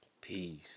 Peace